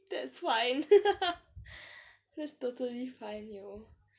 that's why thats totally fine yo